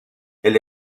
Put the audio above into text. elle